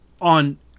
on